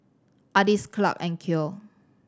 Ardis Clarke and Cleo